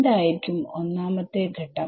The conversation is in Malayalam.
എന്തായിരിക്കും ഒന്നാമത്തെ ഘട്ടം